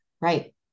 Right